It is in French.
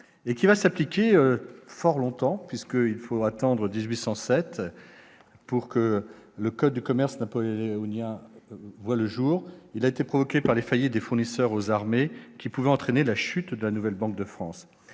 Celle-ci s'appliquera fort longtemps, puisqu'il faut attendre 1807 pour que le code de commerce napoléonien voie le jour à la suite des faillites des fournisseurs aux armées, qui auraient pu entraîner la chute de la nouvelle Banque de France.